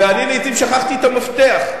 ואני לעתים שכחתי את המפתח.